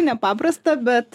nepaprasta bet